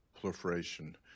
proliferation